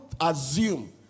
assume